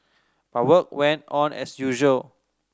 but work went on as usual